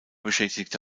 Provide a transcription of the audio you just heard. beschädigte